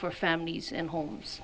for families and homes